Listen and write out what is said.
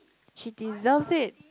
she deserves it